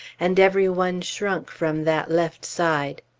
and every one shrunk from that left side.